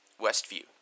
Westview